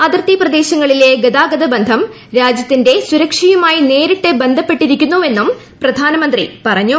അതിർത്തി പ്രദേശങ്ങളിലെ ഗതാഗതബന്ധം രാജ്യത്തിന്റെ സുരക്ഷയുമായി നേരിട്ട് ബന്ധപ്പെട്ടിരിക്കുന്നുവെന്നും പ്രധാനമന്ത്രി പറഞ്ഞു